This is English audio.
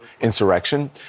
insurrection